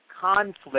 conflict